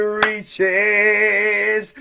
reaches